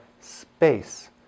space